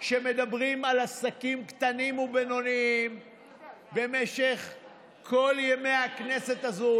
שמדברים על עסקים קטנים ובינוניים במשך כל ימי הכנסת הזאת,